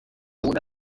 una